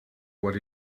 what